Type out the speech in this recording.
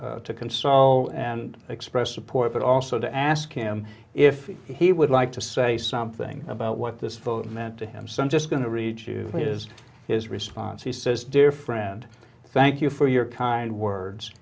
consul to console and express support but also to ask him if he would like to say something about what this vote meant to him so i'm just going to read to his his response he says dear friend thank you for your kind words